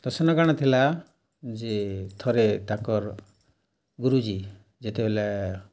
ତ ସେନ କା'ଣା ଥିଲା ଯେ ଥରେ ତାଙ୍କର୍ ଗୁରୁଜୀ ଯେତେବେଲେ